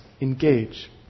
engage